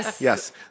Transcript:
Yes